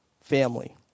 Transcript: family